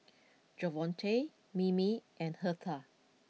Javonte Mimi and Hertha